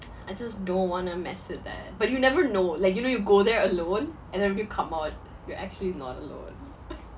I just don't want to mess with that but you never know like you know you go there alone and then when you come out you're actually not alone